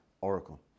oracle